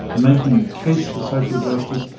making the case for social justice,